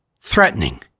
threatening